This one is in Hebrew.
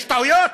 יש טעויות?